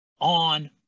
on